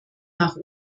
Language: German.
nach